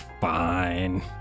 fine